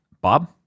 Bob